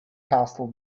castle